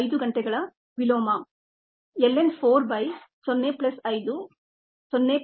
5 ಗಂಟೆಗಳ ವಿಲೋಮ ln 4 by 0